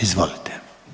Izvolite.